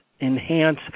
enhance